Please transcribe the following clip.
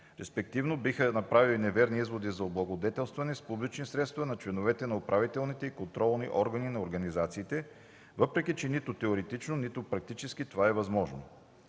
респективно биха направили неверни изводи за облагодетелстване с публични средства на членовете на управителните и контролни органи на организациите, въпреки че нито теоретично, нито практически това е възможно.